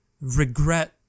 regret